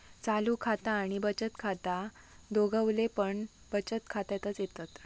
चालू खाता आणि बचत खाता दोघवले पण बचत खात्यातच येतत